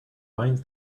binds